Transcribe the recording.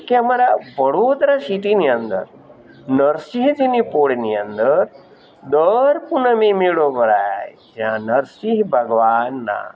કે અમારા વડોદરા સિટીની અંદર નરસિંહજીની પોળની અંદર દર પૂનમે મેળો ભરાય છે જ્યાં નરસિંહ ભગવાનનાં